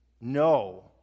no